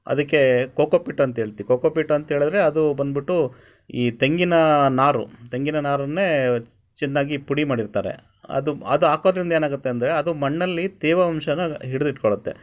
ಅದಕ್ಕೆ coco peat ಅಂತ ಹೇಳ್ತೀವಿ ಕೋಕೋ ಪಿಟ್ ಅಂತ ಹೇಳಿದ್ರೆ ಅದು ಬಂದ್ಬಿಟ್ಟು ಈ ತೆಂಗಿನ ನಾರು ತೆಂಗಿನ ನಾರನ್ನೇ ಚೆನ್ನಾಗಿ ಪುಡಿ ಮಾಡಿರ್ತಾರೆ ಅದು ಅದು ಹಾಕೋದ್ರಿಂದ ಏನಾಗುತ್ತೆ ಅಂದರೆ ಅದು ಮಣ್ಣಲ್ಲಿ ತೇವಾಂಶಾನ ಹಿಡ್ದಿಟ್ಟುಕೊಳತ್ತೆ